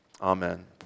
Amen